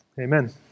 Amen